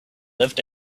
lived